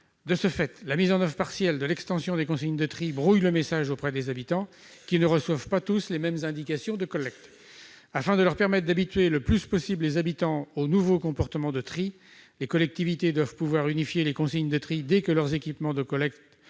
De ce fait, la mise en oeuvre partielle de l'extension des consignes de tri brouille le message auprès des habitants, qui ne reçoivent pas tous les mêmes indications de collecte. Afin de leur permettre d'habituer le plus rapidement possible les habitants aux nouveaux comportements de tri, les collectivités doivent pouvoir unifier les consignes de tri dès que leurs équipements de collecte